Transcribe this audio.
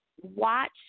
watch